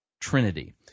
trinity